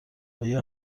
آیا